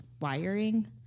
wiring